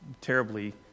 terribly